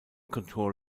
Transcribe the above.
control